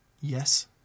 yes